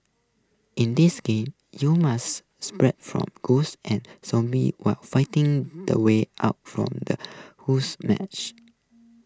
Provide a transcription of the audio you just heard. in this game you must from ghosts and zombies while finding the way out from the whose match